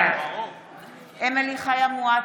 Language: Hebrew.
בעד אמילי חיה מואטי,